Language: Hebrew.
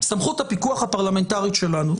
סמכות הפיקוח הפרלמנטרית שלנו,